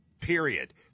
period